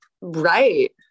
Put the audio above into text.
right